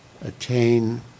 attain